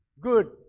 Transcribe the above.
Good